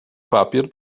papier